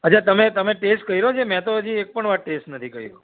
અચ્છા તમે તમે ટેસ્ટ કર્યો છે મેં તો હજી એક પણ વાર ટેસ્ટ નથી કર્યો